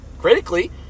critically